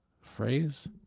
phrase